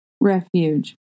refuge